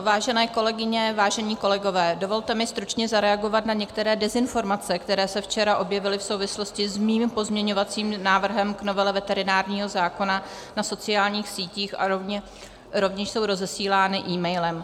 Vážené kolegyně, vážení kolegové, dovolte mi stručně zareagovat na některé dezinformace, které se včera objevily v souvislosti s mým pozměňovacím návrhem k novele veterinárního zákona na sociálních sítích a rovněž jsou rozesílány emailem.